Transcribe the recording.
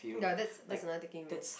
ya that's that's another taking risk